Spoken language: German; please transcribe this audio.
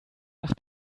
nach